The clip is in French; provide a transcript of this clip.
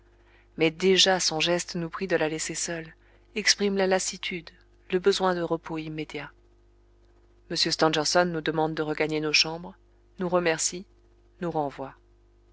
mais déjà son geste nous prie de la laisser seule exprime la lassitude le besoin de repos immédiat m stangerson nous demande de regagner nos chambres nous remercie nous renvoie